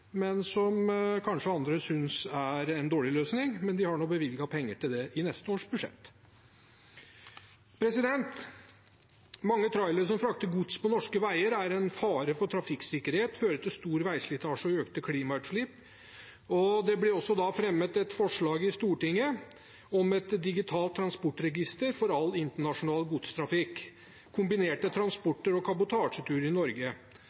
kanskje det er en dårlig løsning, men de har nå bevilget penger til det i neste års budsjett. Mange trailere som frakter gods på norske veier, er en fare for trafikksikkerhet, fører til stor veislitasje og økte klimautslipp. Det ble fremmet forslag i Stortinget om et digitalt transportregister for all internasjonal godstrafikk, kombinerte transporter og kabotasjeturer i Norge.